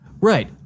Right